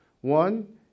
One